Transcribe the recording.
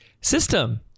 system